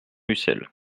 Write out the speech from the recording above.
ussel